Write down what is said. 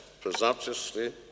presumptuously